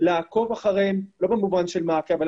לעקוב אחריהם לא במובן של מעקב אלא